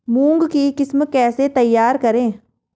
मूंग की किस्म कैसे तैयार करें?